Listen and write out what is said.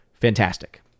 Fantastic